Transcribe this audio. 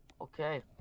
Okay